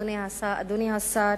אינם מורשים, אדוני השר,